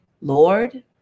Lord